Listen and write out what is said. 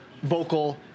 vocal